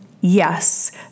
Yes